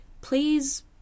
please